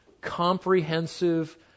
comprehensive